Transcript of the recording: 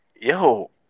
yo